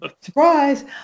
Surprise